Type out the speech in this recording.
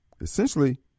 Essentially